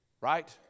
right